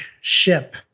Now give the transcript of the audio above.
ship